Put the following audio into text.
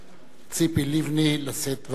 ציפי לבני לשאת דברים.